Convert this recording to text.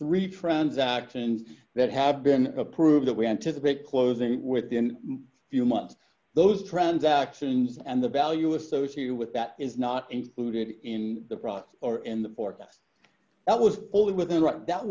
three transactions that have been approved that we anticipate closing within a few months those transactions and the value associated with that is not included in the process or in the forecast that was fully within what that